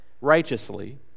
righteously